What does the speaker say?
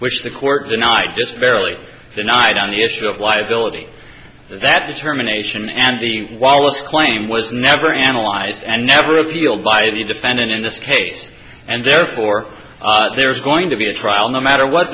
which the court denied just barely denied on the issue of liability that determination and the wallace claim was never analyzed and never revealed by the defendant in this case and therefore there's going to be a trial no matter what